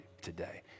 today